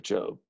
Job